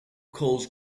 calls